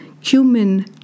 cumin